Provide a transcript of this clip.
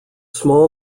small